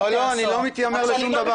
לא, לא, אני לא מתיימר לנהל את שירות בתי הסוהר.